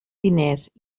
diners